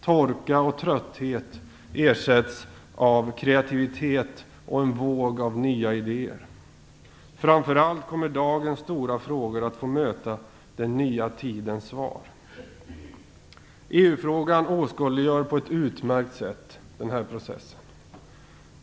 Torka och trötthet ersätts av kreativitet och en våg av nya idéer. Framför allt kommer dagens stora frågor att få möta den nya tidens svar. EU-frågan åskådliggör på ett utmärkt sätt den här processen.